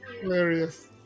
Hilarious